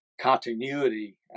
continuity